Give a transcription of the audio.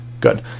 Good